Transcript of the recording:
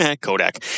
Kodak